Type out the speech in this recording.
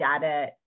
Data